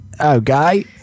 Okay